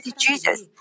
Jesus